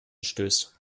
stößt